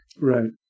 Right